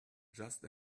just